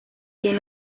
quien